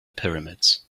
pyramids